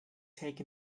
taking